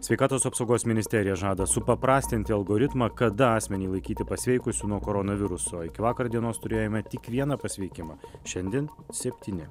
sveikatos apsaugos ministerija žada supaprastinti algoritmą kada asmenį laikyti pasveikusiu nuo koronaviruso iki vakar dienos turėjome tik vieną pasveikimą šiandien septyni